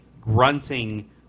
grunting